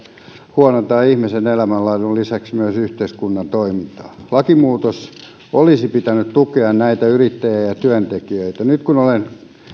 huonontaa ihmisen elämänlaadun lisäksi myös yhteiskunnan toimintaa lakimuutoksen olisi pitänyt tukea näitä yrittäjiä ja työntekijöitä nyt kun olen